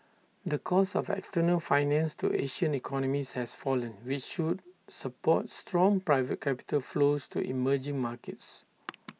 the cost of external finance to Asian economies has fallen which should support strong private capital flows to emerging markets